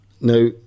Now